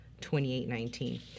2819